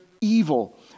evil